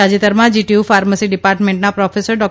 તાજેતરમાં GTU pharmacy ડિપાર્ટમેન્ટના professor ડો